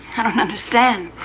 i don't understand.